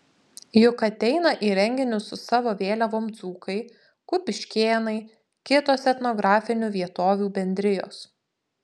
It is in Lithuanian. juk ateina į renginius su savo vėliavom dzūkai kupiškėnai kitos etnografinių vietovių bendrijos